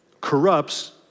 Corrupts